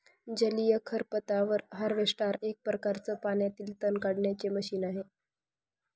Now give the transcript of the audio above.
जलीय खरपतवार हार्वेस्टर एक प्रकारच पाण्यातील तण काढण्याचे मशीन आहे